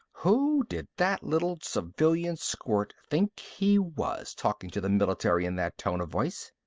who did that little civilian squirt think he was, talking to the military in that tone of voice!